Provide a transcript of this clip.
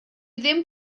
ddim